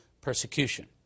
persecution